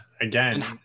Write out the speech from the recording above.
again